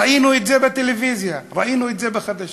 ראינו את זה בטלוויזיה, ראינו את זה בחדשות.